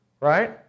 Right